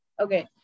Okay